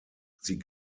sie